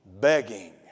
begging